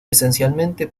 esencialmente